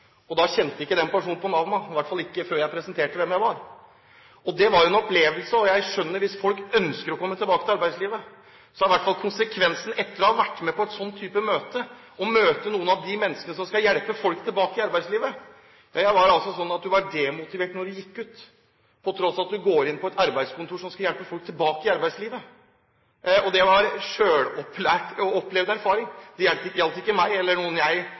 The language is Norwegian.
Personen på Nav-kontoret kjente ikke meg, i hvert fall ikke før jeg presenterte meg. Det var en opplevelse, og jeg skjønner at for folk som ønsker å komme tilbake til arbeidslivet, så var i hvert fall konsekvensen etter å ha vært på et sånt møte med noen av de menneskene som skal hjelpe folk tilbake til arbeidslivet, at man var demotivert når man gikk ut – på tross av at man var inne på et arbeidskontor som skal hjelpe folk tilbake til arbeidslivet. Og dette var en selvopplevd erfaring. Det gjaldt ikke meg eller noen jeg